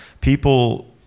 people